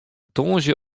tongersdei